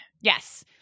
Yes